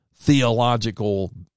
theological